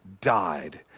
died